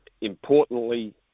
Importantly